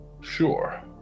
Sure